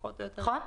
כן.